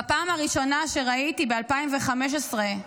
בפעם הראשונה שראיתי, ב-2015,